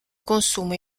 consuma